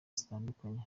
zitandukanye